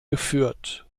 geführt